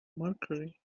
mercury